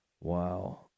Wow